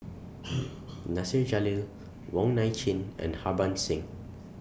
Nasir Jalil Wong Nai Chin and Harbans Singh